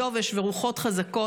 יובש ורוחות חזקות.